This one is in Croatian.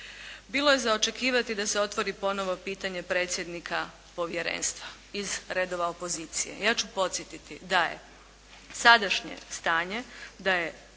Bilo je za očekivati da se otvori ponovo pitanje predsjednika povjerenstva iz redova opozicije. Ja ću podsjetiti da je sadašnje stanje, da je